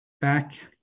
back